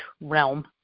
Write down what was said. realm